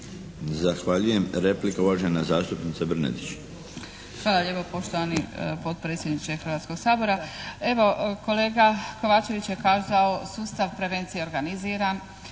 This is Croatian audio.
Zahvaljujem. Replika, uvaženi zastupnik Letica.